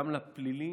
גם לפלילי